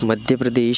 Madhya Pradesh